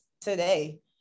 today